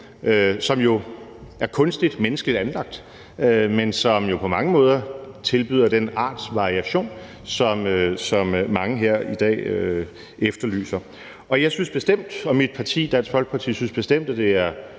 som jo er kunstigt, menneskeligt anlagt, men som jo på mange måder tilbyder den artsvariation, som mange her i dag efterlyser. Jeg og mit parti, Dansk Folkeparti, synes bestemt, at det er